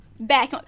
Back